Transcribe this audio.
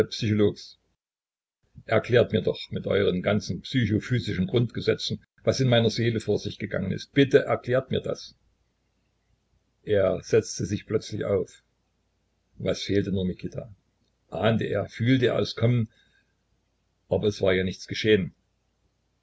psychologues erklärt mir doch mit euren ganzen psychophysischen grundgesetzen was in meiner seele vor sich gegangen ist bitte erklärt mir das er setzte sich plötzlich auf was fehlte nur mikita ahnte er fühlte er es kommen aber es war ja nichts geschehen